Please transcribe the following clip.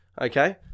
okay